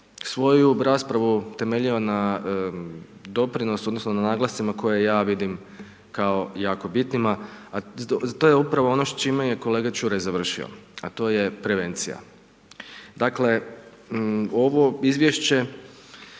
svoju raspravu temeljio na doprinosu, odnosno, na naglascima, koje ja vidim jako bitnima, a to je upravo ono s čime je kolega Čuraj završio, a to je prevencija. Dakle ovo izvješće